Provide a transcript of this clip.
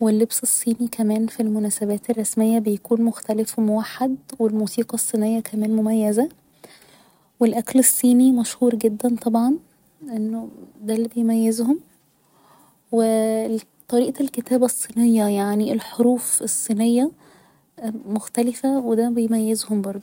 و اللبس الصيني كمان في المناسبات الرسمية بيكون مختلف و موحد و الموسيقى الصينية كمان مميزة و الأكل الصيني مشهور جدا طبعا لأنه ده اللي بيميزهم و طريقة الكتابة الصينية يعني الحروف الصينية مختلفة و ده بيميزهم برضه